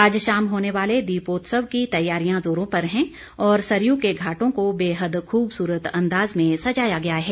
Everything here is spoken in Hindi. आज शाम होने वाले दीपोत्सव की तैयारियां जोरो पर हैं और सरयू के घाटों को बेहद खूबसूरत अंदाज में सजाया गया है